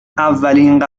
اولین